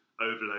overload